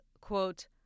quote